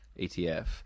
etf